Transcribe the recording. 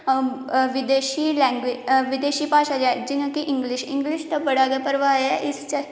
विदेशी लैंग्वेज विदेशी भाशा ई इंग्लिश दा बड़ा गै प्रभाव ऐ इस चाल्ली